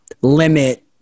limit